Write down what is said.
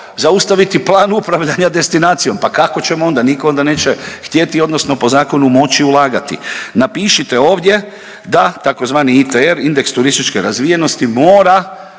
zaustaviti plan upravljanja destinacijom, pa kako ćemo onda, niko onda neće htjeti odnosno po zakonu moći ulagati. Napišite ovdje da tzv. ITR, indeks turističke razvijenosti mora